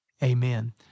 Amen